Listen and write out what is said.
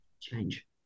change